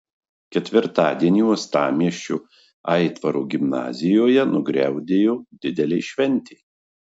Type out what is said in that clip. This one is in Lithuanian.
ketvirtadienį uostamiesčio aitvaro gimnazijoje nugriaudėjo didelė šventė